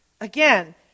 Again